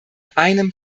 einem